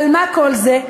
על מה כל זה?